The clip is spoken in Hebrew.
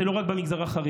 זה לא רק במגזר החרדי,